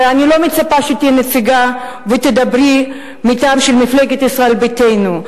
ואני לא מצפה שתהיי נציגה ותדברי מטעם מפלגת ישראל ביתנו.